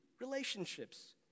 relationships